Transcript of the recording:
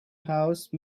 house